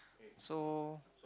so